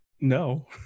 no